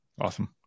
Awesome